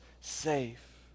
safe